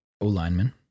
O-Lineman